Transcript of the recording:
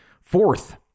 Fourth